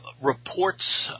reports